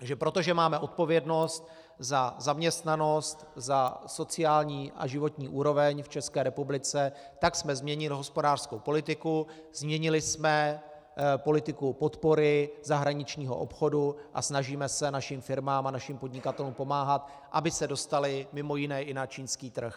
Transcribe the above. Takže protože máme odpovědnost za zaměstnanost, za sociální a životní úroveň v České republice, tak jsme změnili hospodářskou politiku, změnili jsme politiku podpory zahraničního obchodu a snažíme se našim firmám a našim podnikatelům pomáhat, aby se dostali mimo jiné i na čínský trh.